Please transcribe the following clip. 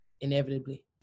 inevitably